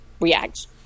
react